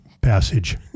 passage